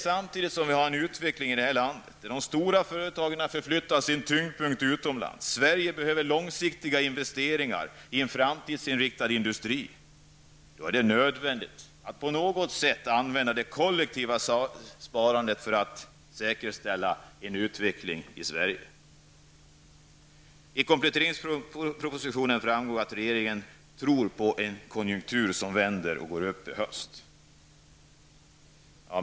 Samtidigt går utvecklingen därhän att de stora företagen i landet flyttar sin tyngdpunkt utomlands. Sverige behöver långsiktiga investeringar i en framtidsinriktad industri. För att åstadkomma det är det nödvändigt att på något sätt kunna använda det kollektiva sparandet. Det är också ett sätt att säkerställa en bra utveckling i Sverige. I kompletteringspropositionen framgår att regeringen tror att konjunkturen vänder uppåt i höst.